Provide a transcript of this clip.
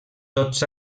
tots